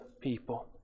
people